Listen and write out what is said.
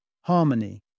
Harmony